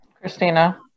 christina